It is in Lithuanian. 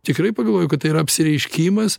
tikrai pagalvojau kad tai yra apsireiškimas